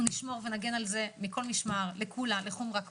אנחנו נשמור ונגן על זה מכל משמר לקולה ולחומרה,